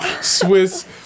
Swiss